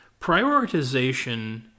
prioritization